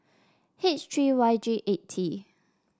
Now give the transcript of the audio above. H three Y G eight T